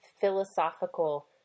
philosophical